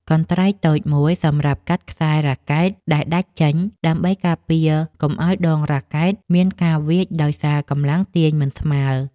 កន្ត្រៃតូចមួយសម្រាប់កាត់ខ្សែរ៉ាកែតដែលដាច់ចេញ ដើម្បីការពារកុំឱ្យដងរ៉ាកែតមានការវៀចដោយសារកម្លាំងទាញមិនស្មើ។